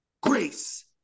grace